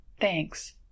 Thanks